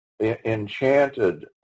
enchanted